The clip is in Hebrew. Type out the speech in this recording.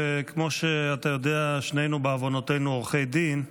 כמו שאתה יודע, שנינו בעוונותינו עורכי דין,